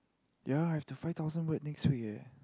ya I have the five thousand word next week eh